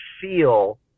feel